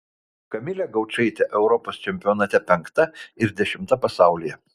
kamilė gaučaitė europos čempionate penkta ir dešimta pasaulyje